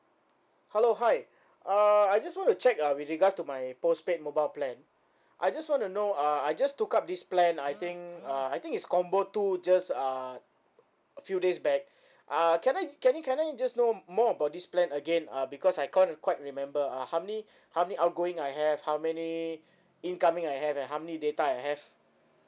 hello hi uh I just want to check uh with regards to my postpaid mobile plan I just wanna know uh I just took up this plan I think uh I think is combo two just uh a few days back uh can I can I can I just know more about this plan again uh because I can't quite remember uh how many how many outgoing I have how many incoming I have and how many data I have